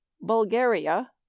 Bulgaria